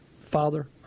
father